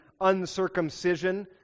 uncircumcision